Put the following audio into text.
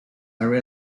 are